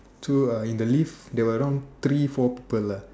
to a in the lift there were around three four people lah